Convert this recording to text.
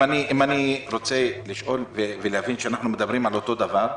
אם אני רוצה להבין שאנחנו מדברים על אותו הדבר,